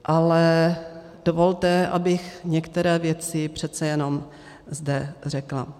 Ale dovolte, abych některé věci přece jenom zde řekla.